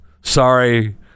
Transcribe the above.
Sorry